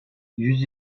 yüz